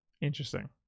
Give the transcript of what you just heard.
Interesting